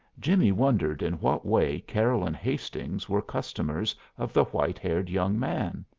jimmie wondered in what way carroll and hastings were customers of the white-haired young man.